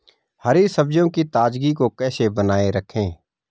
हरी सब्जियों की ताजगी को कैसे बनाये रखें?